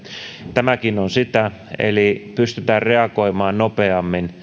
tämäkin on sitä eli pystytään reagoimaan nopeammin